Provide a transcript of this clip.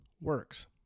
works